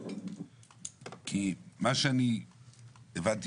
כי מה שאני הבנתי,